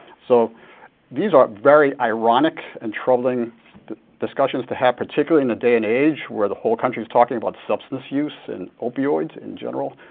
so these are very ironic and troubling discussions to have, particularly in a day and age where the whole country is talking about substance use, and opioids in general.